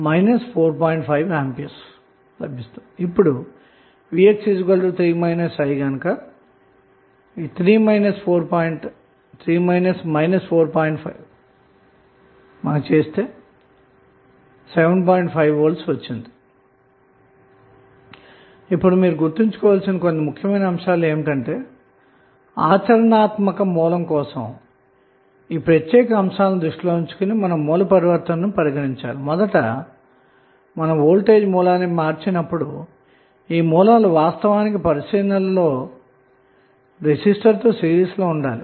5 V ఆచరణాత్మకంగా మనం source transformation చేయునప్పుడు గుర్తుంచుకోవలసిన ముఖ్య అంశాలు ఏమిటంటే వోల్టేజ్ సోర్స్ ని ఎప్పుడు మార్చినా ఆ వోల్టేజ్ సోర్స్ కి సిరీస్ లో రెసిస్టెన్స్ కలిగి ఉండాలి